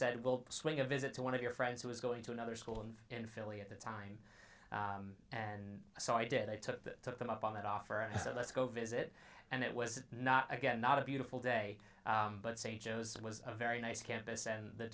said well swing a visit to one of your friends who is going to another school and in philly at the time and so i did i took the them up on that offer and said let's go visit and it was not again not a beautiful day but st joe's was a very nice campus and the